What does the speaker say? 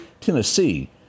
Tennessee